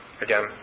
again